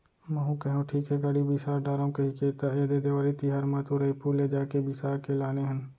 महूँ कहेव ठीक हे गाड़ी बिसा डारव कहिके त ऐदे देवारी तिहर म तो रइपुर ले जाके बिसा के लाने हन